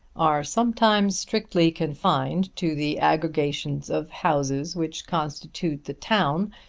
are sometimes strictly confined to the aggregations of houses which constitute the town,